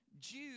Jude